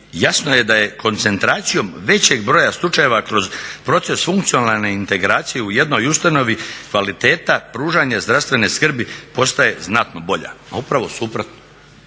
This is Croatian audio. jasno je da je koncentracijom većeg broja slučajeva kroz proces funkcionalne integracije u jednoj ustanovi kvaliteta pružanja zdravstvene skrbi postaje znatno bolja." Pa upravo suprotno,